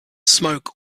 smoke